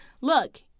Look